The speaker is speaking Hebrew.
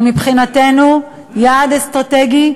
הוא מבחינתנו יעד אסטרטגי,